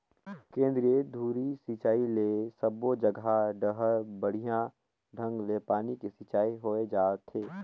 केंद्रीय धुरी सिंचई ले सबो जघा डहर बड़िया ढंग ले पानी के सिंचाई होय जाथे